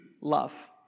love